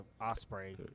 Osprey